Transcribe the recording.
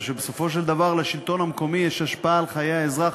ושבסופו של דבר לשלטון המקומי יש השפעה על חיי האזרח